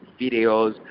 videos